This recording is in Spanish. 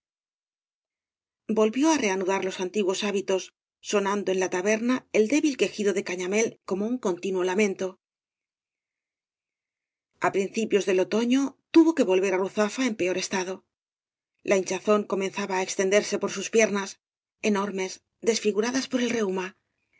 volvió á reanudar los antiguos hábitos sonando en la taberna el débil quejido de cañamél como un continuo lamento a principios del otoño tuvo que volver á ruzafa en peor estado la hinchazón comenzaba á extenderse por sus piernas enormes desfiguradas por el reuma